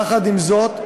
יחד עם זאת,